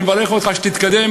אני מברך אותך שתתקדם,